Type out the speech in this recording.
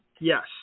Yes